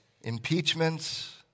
Impeachments